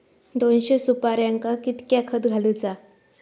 दोनशे सुपार्यांका कितक्या खत घालूचा?